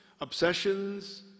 Obsessions